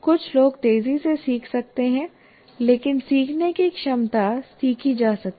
कुछ लोग तेजी से सीख सकते हैं लेकिन सीखने की क्षमता सीखी जा सकती है